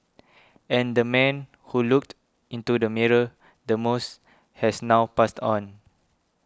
and the man who looked into the mirror the most has now passed on